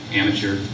amateur